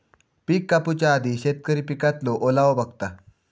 पिक कापूच्या आधी शेतकरी पिकातलो ओलावो बघता